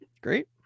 great